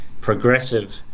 progressive